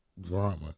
drama